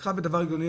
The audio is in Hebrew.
לקחה דבר הגיוני,